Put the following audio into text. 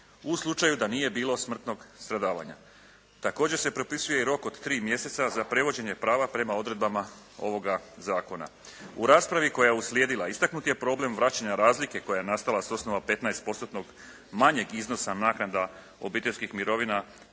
u slučaju da nije bilo smrtnog stradavanja. Također se propisuje i rok od tri mjeseca za prevođenje prava prema odredbama ovoga zakona. U raspravi koja je uslijedila, istaknut je problem vraćanja razlike koja je nastala s osnova 15%-tnog manjeg iznosa naknada obiteljskih mirovina,